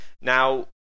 Now